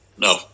No